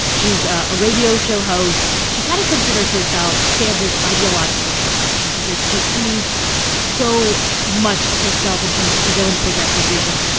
she's a radio show host. she kind of considers herself sanders' ideological twin because she says she sees so much of herself in terms of his own progressive visions.